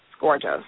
gorgeous